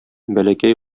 бәләкәй